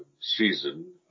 season